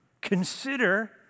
Consider